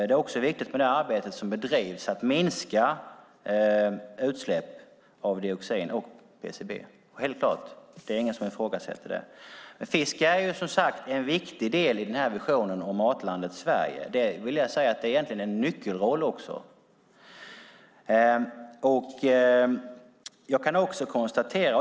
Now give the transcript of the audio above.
Det är också viktigt med det arbete som bedrivs för att minska utsläpp av dioxin och PCB - självklart; ingen ifrågasätter det. Fiske är, som sagt, en viktig del i visionen om Matlandet Sverige. Jag skulle vilja säga att det egentligen har en nyckelroll.